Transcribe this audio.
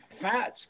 fats